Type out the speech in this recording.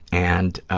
and,